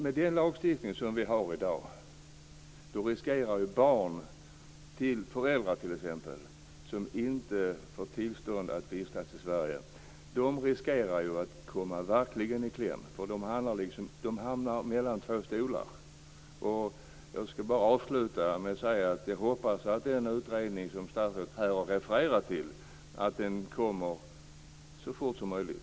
Med den lagstiftning vi har i dag riskerar barn till föräldrar som inte får tillstånd att vistas i Sverige att verkligen komma i kläm. De hamnar mellan två stolan. Jag hoppas att den utredning som statsrådet här har refererat till kommer så fort som möjligt.